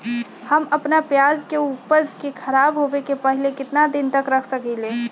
हम अपना प्याज के ऊपज के खराब होबे पहले कितना दिन तक रख सकीं ले?